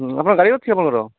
ଆପଣ ଗାଡ଼ି ଅଛି ଆପଣଙ୍କର